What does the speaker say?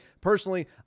personally